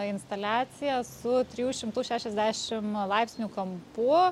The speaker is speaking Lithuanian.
instaliacija su trijų šimtų šešiasdešim laipsnių kampu